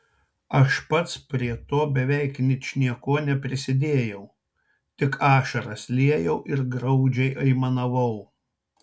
aš pats prie to beveik ničnieko neprisidėjau tik ašaras liejau ir graudžiai aimanavau